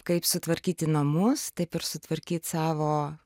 kaip sutvarkyti namus taip ir sutvarkyt savo